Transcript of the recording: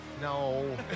No